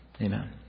Amen